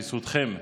בזכותכם,